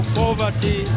poverty